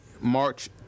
March